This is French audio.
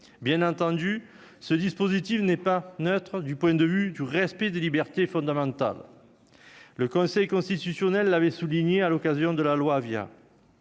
l'bien entendu, ce dispositif n'est pas neutre du point de vue du respect des libertés fondamentales, le Conseil constitutionnel avait souligné à l'occasion de la loi via